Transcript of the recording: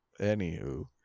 Anywho